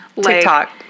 TikTok